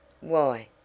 Why